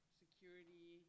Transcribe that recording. security